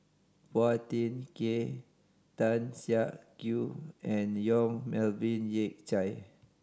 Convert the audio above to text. Phua Thin Kiay Tan Siak Kew and Yong Melvin Yik Chye